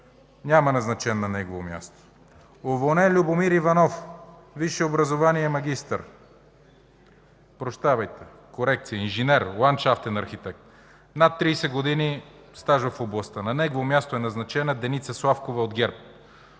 Няма назначен на негово място. Уволнен: Любомир Иванов. Висше образование инженер, ландшафтен архитект, над 30 години стаж в областта. На негово място е назначена Деница Славкова от ГЕРБ.